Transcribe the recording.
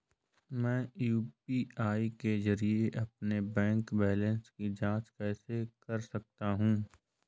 मैं यू.पी.आई के जरिए अपने बैंक बैलेंस की जाँच कैसे कर सकता हूँ?